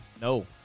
No